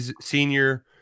senior